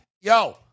Yo